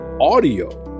audio